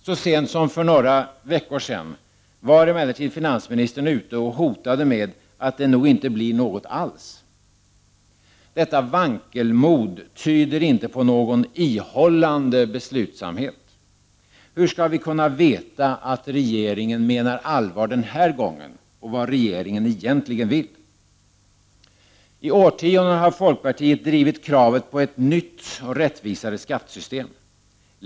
Så sent som för några veckor sedan var emellertid finansministern ute och hotade med att det nog inte blir något alls. Detta vankelmod tyder inte på någon ihållande beslutsamhet. Hur skall vi kunna veta att regeringen menar allvar den här gången och vad regeringen egentligen vill? I årtionden har folkpartiet drivit kravet på ett nytt och rättvisare skattesystem.